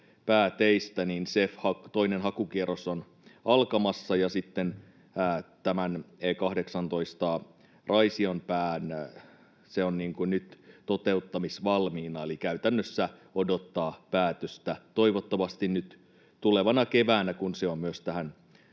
pääteistä, toinen hakukierros on alkamassa. E18:n Raision pää on nyt toteuttamisvalmiina eli käytännössä odottaa päätöstä toivottavasti nyt tulevana keväänä, kun se on myös tähän